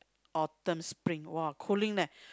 autumn spring !wah! cooling leh